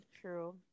True